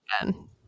again